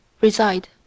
reside